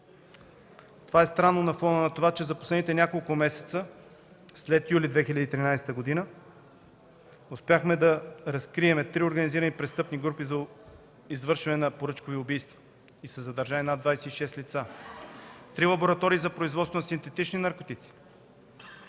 Това е странно на фона на онова, че за последните няколко месеца, след юли 2013 г., успяхме да разкрием три организирани престъпни групи за извършване на поръчкови убийства. Задържани са над 26 лица. Три лаборатории за производство на синтетични наркотици.